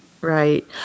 Right